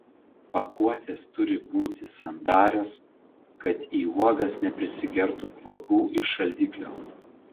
pakuotės turi būti sandarios kad į uogas neprisigertų kvapų iš šaldiklio